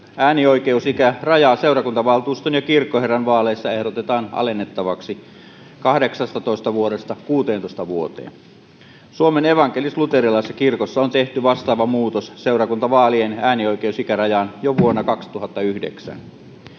Äänioikeusikärajaa seurakuntavaltuuston ja kirkkoherran vaaleissa ehdotetaan alennettavaksi 18 vuodesta 16 vuoteen. Suomen evankelis-luterilaisessa kirkossa on tehty vastaava muutos seurakuntavaalien äänioikeusikärajaan jo vuonna 2009.